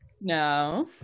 No